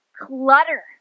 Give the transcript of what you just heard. clutter